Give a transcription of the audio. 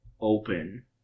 open